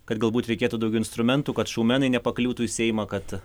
kad galbūt reikėtų daugiau instrumentų kad šoumenai nepakliūtų į seimą kad